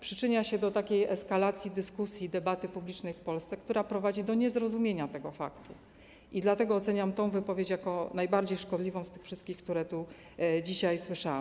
Przyczynia się do takiej eskalacji dyskusji, debaty publicznej w Polsce, która prowadzi do niezrozumienia tego faktu, i dlatego oceniam tę wypowiedź jako najbardziej szkodliwą z wszystkich, które tu dzisiaj słyszałam.